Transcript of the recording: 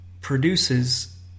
produces